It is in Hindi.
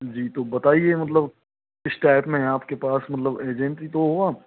जी तो बताइए मतलब इस टाइप में आप के पास मतलब एजेंट ही तो हो आप